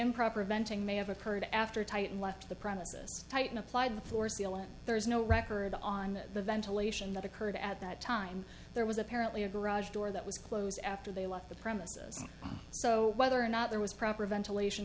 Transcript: improper venting may have occurred after titan left the premises tighten applied the floor seal and there is no record on the ventilation that occurred at that time there was apparently a garage door that was closed after they left the premises so whether or not there was proper ventilation